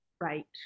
Right